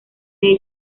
ellos